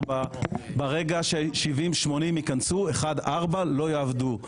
ברגע ש 70 ,80 ייכנסו, 1-4 לא יעבדו.